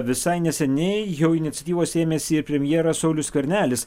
visai neseniai jau iniciatyvos ėmėsi ir premjeras saulius skvernelis